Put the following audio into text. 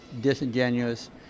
disingenuous